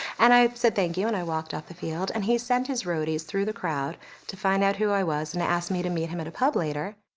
and i said, thank you, and i walked off the field. and he sent his roadies through the crowd to find out who i was and to ask me ten meet him at a pub later.